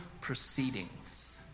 proceedings